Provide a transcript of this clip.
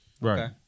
Right